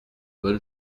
bonne